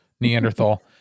Neanderthal